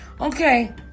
Okay